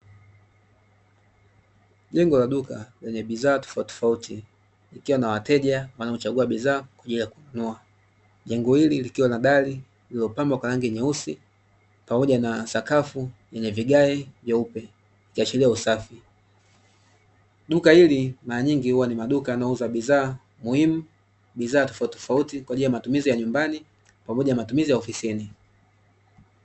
Jengo la duka lenye bidhaa tofautitofauti, likiwa na wateja wanaochangua bidhaa kwa ajili ya kununua. Jengo hili likiwa na dali lililopambwa kwa rangi nyeusi pamoja na sakafu yenye vigae vyeupe, ikiashiria usafi. Duka hili mara nyingi huwa ni maduka yanayouza bidhaa muhimu, bidhaa tofautitofauti kwa matumizi, pamoja na matumizi ya ofisini.